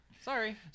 Sorry